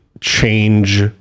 change